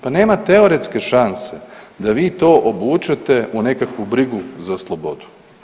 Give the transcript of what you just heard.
Pa nema teoretske šanse da vi to obučete u nekakvu brigu za slobodu.